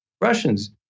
Russians